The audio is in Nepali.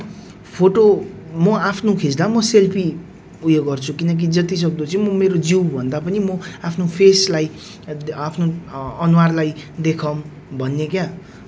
अनि त्यति बेला चाहिँ सबजना पिकनिकको लागि चाहिँ त्यो जग्गामा प्रायः नै हुन्थ्यो है हामी पनि गयौँ अनि हामी सबजना एकदम रमाइलो गर्यौँ हामी हो त्यहाँनेर खेल्यौँ पानीमा खेल्यौँ सबजना